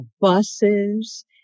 buses